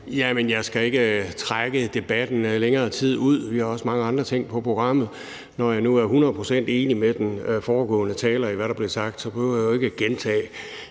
Jeg skal ikke trække debatten længere tid ud. Vi har også mange andre ting på programmet. Når jeg nu er hundrede procent enig med den foregående taler i, hvad der blev sagt, behøver jeg jo ikke at gentage